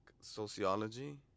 sociology